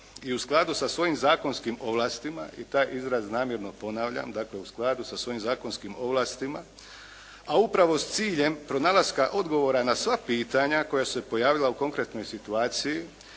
i u skladu sa svojim zakonskim ovlastima i taj izraz namjerno ponavljam, dakle u skladu sa svojim zakonskim ovlastima, a upravo s ciljem pronalaska odgovora na sva pitanja koja su se pojavila u konkretnoj situaciji